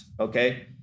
okay